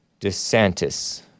DeSantis